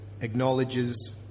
acknowledges